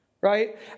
Right